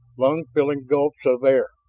lung-filling gulps of air.